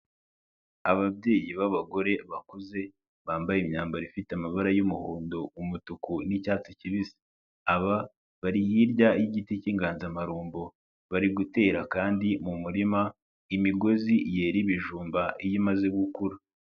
Ababyeyi b'abagore bakuze bambaye imyambaro ifite amabara y'umuhondo, umutuku n'icyatsi kibisi bari hirya y'igiti cy'inganzamarumbo, bari gutera kandi mu murima imigozi yera ibijumba iyo imaze gukura.